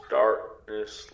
darkness